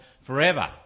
forever